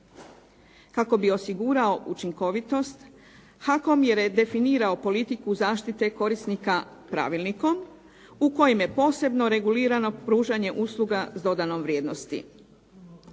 Kako bi osigurao učinkovitost, HAKOM je redefinirao politiku zaštite korisnika pravilnikom u kojem je posebno regulirano pružanje usluga s dodanom vrijednosti.